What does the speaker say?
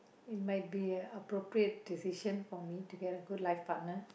it might be a appropriate decision for me to get a good life partner